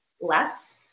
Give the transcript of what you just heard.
less